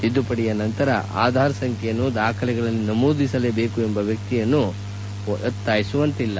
ತಿದ್ದುಪಡಿಯ ನಂತರ ಆಧಾರ್ ಸಂಖ್ಲೆಯನ್ನು ದಾಖಲೆಗಳಲ್ಲಿ ನಮೂದಿಸಲೇಬೇಕು ಎಂದು ವ್ಲಕ್ತಿಯನ್ನು ಒತ್ತಾಯಿಸುವಂತಿಲ್ಲ